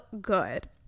good